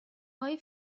های